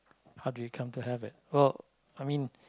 how do you come to have it oh I mean